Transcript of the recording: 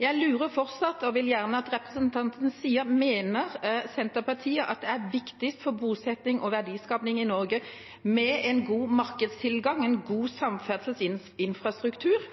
Jeg lurer fortsatt og vil gjerne at representanten svarer: Mener Senterpartiet at det er viktigst for bosetting og verdiskaping i Norge med en god markedstilgang, en god samferdselsinfrastruktur,